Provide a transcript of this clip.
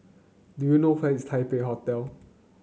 do you know where is Taipei Hotel